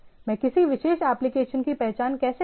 मैं किसी विशेष एप्लिकेशन की पहचान कैसे करूं